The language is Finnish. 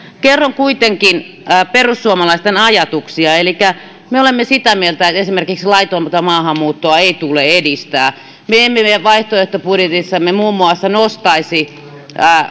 kerron kuitenkin perussuomalaisten ajatuksia me olemme sitä mieltä että esimerkiksi laitonta maahanmuuttoa ei tule edistää me emme meidän vaihtoehtobudjetissamme muun muassa nostaisi